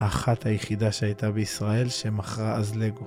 אחת היחידה שהייתה בישראל שמחרה אז לגו.